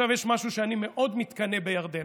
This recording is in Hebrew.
עכשיו יש משהו שעליו אני מאוד מתקנא בירדנה,